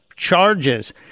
charges